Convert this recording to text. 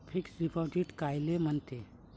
Fix deposit कायले म्हनते?